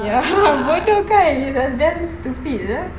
ya bodoh kan it was damn stupid sia